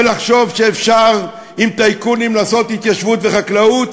ולחשוב שאפשר עם טייקונים לעשות התיישבות וחקלאות,